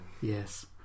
Yes